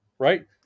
Right